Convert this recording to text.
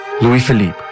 Louis-Philippe